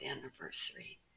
anniversary